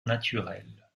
naturelle